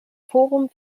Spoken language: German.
forum